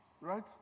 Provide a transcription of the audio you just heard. Right